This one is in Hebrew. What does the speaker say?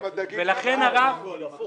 מה הקשר?